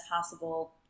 possible